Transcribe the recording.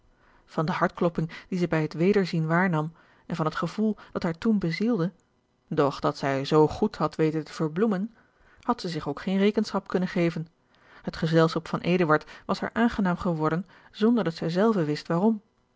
van de hartklopping die zij bij het wederzien waarnam en van het gevoel dat haar toen bezielde doch dat zij zoo goed had weten te verbloemen had zij zich ook geene rekenschap kunnen geven het gezelschap van eduard was haar aangenaam geworden zonder dat zij zelve wist waarom